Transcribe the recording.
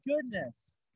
goodness